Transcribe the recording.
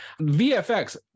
VFX